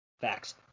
Facts